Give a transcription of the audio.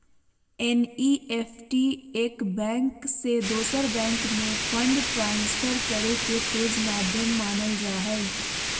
NEFT एक bank से दोसर बैंक में फंड ट्रांसफर करे के तेज माध्यम मानल जा हय